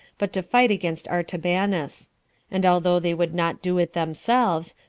but to fight against artabanus and although they would not do it themselves,